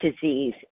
disease